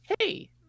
hey